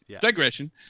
digression